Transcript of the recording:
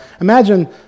imagine